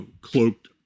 cloaked